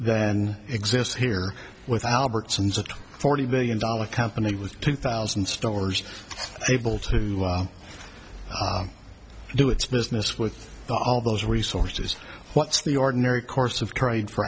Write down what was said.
then exists here with albertson's of forty billion dollars company with two thousand stores able to do its business with all those resources what's the ordinary course of pride for